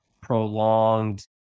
prolonged